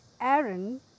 Aaron